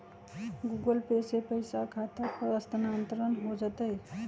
Google Pay से पईसा खाता पर स्थानानंतर हो जतई?